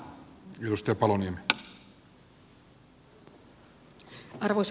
arvoisa puhemies